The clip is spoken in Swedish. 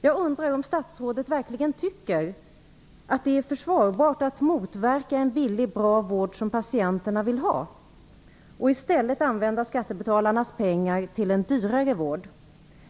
Jag undrar om statsrådet verkligen tycker att det är försvarbart att motverka en billig och bra vård, som patienterna vill ha, och i stället använda skattebetalarnas pengar till en dyrare vård.